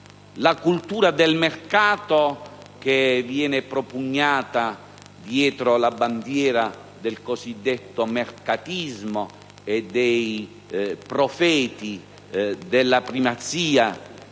la cultura del mercato che viene propugnata dietro la bandiera del cosiddetto mercatismo dai profeti della primazia